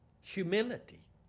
humility